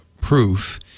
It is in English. proof